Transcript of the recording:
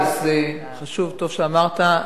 חשוב, טוב שאמרת.